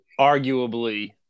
Arguably